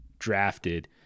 Drafted